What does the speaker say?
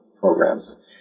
programs